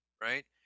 right